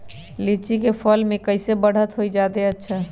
लिचि क फल म कईसे बढ़त होई जादे अच्छा?